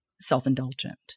self-indulgent